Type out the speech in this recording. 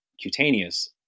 cutaneous